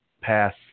pass